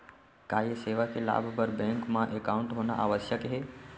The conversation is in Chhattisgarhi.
का ये सेवा के लाभ बर बैंक मा एकाउंट होना आवश्यक हे